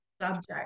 subject